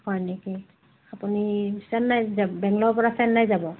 হয় নেকি আপুনি চেন্নাইত যা বেংগলোৰৰ পৰা চেন্নাই যাব